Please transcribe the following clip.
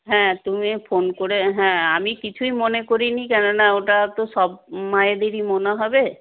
হ্যাঁ তুমিও ফোন করে হ্যাঁ আমি কিছুই মনে করিনি কেননা ওটা তো সব মায়েদেরই মনে হবে